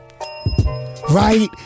Right